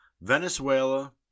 Venezuela